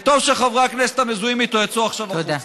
וטוב שחברי הכנסת המזוהים איתו יצאו עכשיו החוצה.